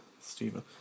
Stephen